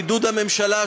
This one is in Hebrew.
בעידוד הממשלה,